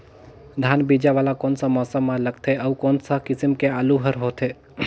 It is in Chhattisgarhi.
धान बीजा वाला कोन सा मौसम म लगथे अउ कोन सा किसम के आलू हर होथे?